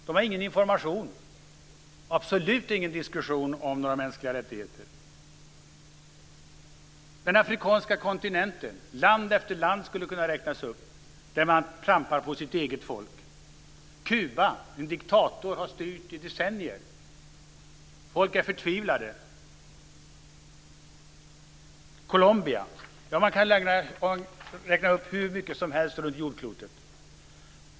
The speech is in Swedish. De får ingen information, och det förekommer absolut ingen diskussion om några mänskliga rättigheter. Jag skulle kunna räkna upp land efter land på den afrikanska kontinenten där man trampar på sitt eget folk. På Kuba har en diktator styrt i decennier. Folk är förtvivlade. Det gäller också Colombia. Man kan räkna upp hur många platser som helst runt jordklotet.